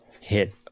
hit